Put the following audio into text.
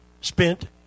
spent